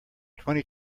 twenty